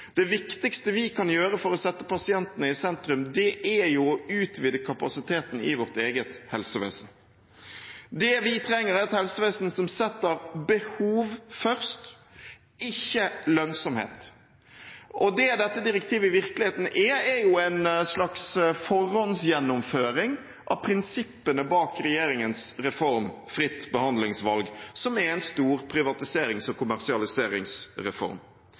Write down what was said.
Det viktigste vi kan gjøre for å sette pasientene i sentrum, er å utvide kapasiteten i vårt eget helsevesen. Det vi trenger, er et helsevesen som setter behov først, ikke lønnsomhet. Det dette direktivet i virkeligheten er, er en slags forhåndsgjennomføring av prinsippene bak regjeringens reform, fritt behandlingsvalg, som er en stor privatiserings- og kommersialiseringsreform.